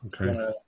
Okay